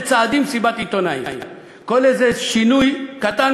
עכשיו כל שני צעדים,